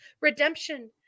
redemption